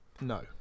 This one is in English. No